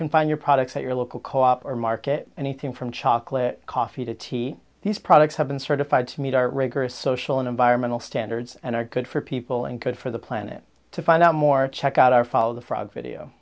can find your products at your local co op or market anything from chocolate coffee to tea these products have been certified to meet our rigorous social and environmental standards and are good for people and good for the planet to find out more check out our fall of the frog video